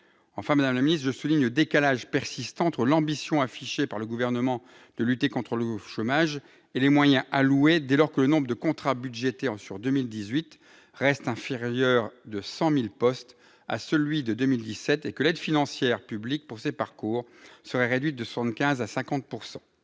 Enfin, je souligne le décalage persistant entre l'ambition affichée par le Gouvernement de lutter contre le chômage et les moyens alloués dès lors que le nombre de contrats budgétés sur 2018 reste inférieur de 100 000 postes à celui de 2017 et que l'aide financière publique pour ces parcours serait réduite de 75 % à 50 %.